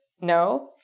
No